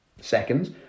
seconds